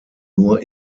nur